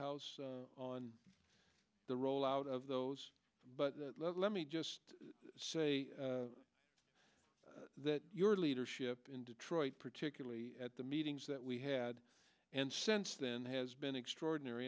house on the roll out of those but let me just say that your leadership in detroit particularly at the meetings that we had and since then has been extraordinary